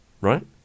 right